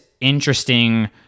interesting